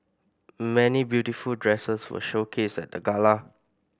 many beautiful dresses were showcased at the gala